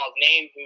name